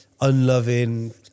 unloving